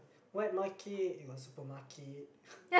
wet market you got supermarket